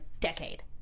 decade